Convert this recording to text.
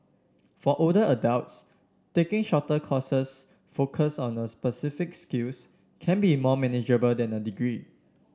for older adults taking shorter courses focused on specific skills can be more manageable than a degree